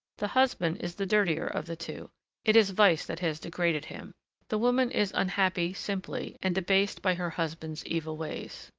the husband is the dirtier of the two it is vice that has degraded him the woman is unhappy simply and debased by her husband's evil ways.